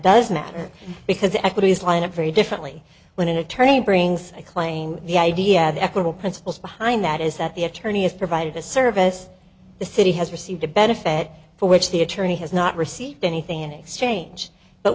does matter because the equities line a very differently when an attorney brings a claim the idea the ethical principles behind that is that the attorney is provided the service the city has received a benefit for which the attorney has not received anything in exchange but